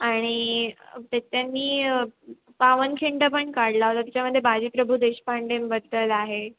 आणि त्यांनी पावनखिंड पण काढला होता त्याच्यामध्ये बाजीप्रभू देशपांडेंबद्दल आहे